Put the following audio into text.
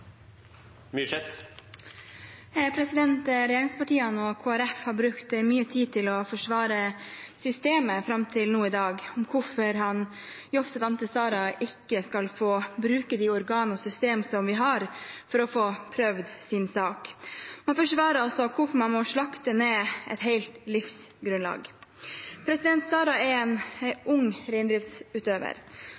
blir replikkordskifte. Regjeringspartiene og Kristelig Folkeparti har fram til i dag brukt mye tid på å forsvare hvorfor Jovsset Ánte Sara ikke skal få bruke de organer og system vi har, for å få prøvd sin sak. Man forsvarer altså hvorfor man må slakte ned et helt livsgrunnlag. Sara er en